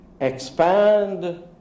expand